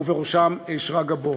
ובראשם שרגא ברוש.